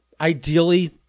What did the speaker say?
ideally